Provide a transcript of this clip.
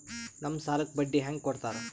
ನಮ್ ಸಾಲಕ್ ಬಡ್ಡಿ ಹ್ಯಾಂಗ ಕೊಡ್ತಾರ?